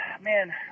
man